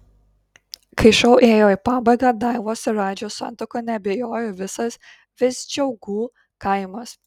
kai šou ėjo į pabaigą daivos ir radžio santuoka neabejojo visas visdžiaugų kaimas